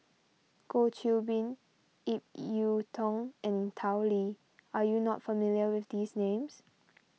Goh Qiu Bin Ip Yiu Tung and Tao Li are you not familiar with these names